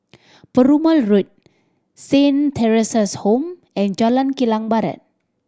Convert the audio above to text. Perumal Road Saint Theresa's Home and Jalan Kilang Barat